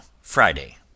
Friday